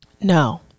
No